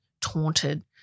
taunted